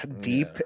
deep